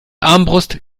armbrust